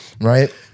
Right